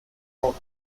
rock